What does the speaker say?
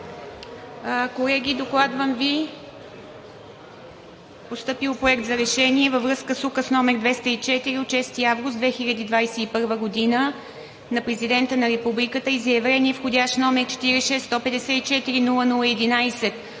Колеги, докладвам Ви постъпил Проект за решение във връзка с Указ № 204 от 6 август 2021 г. на Президента на Републиката и заявление, вх. № 46-154-00-11 от 10 август 2021 г.,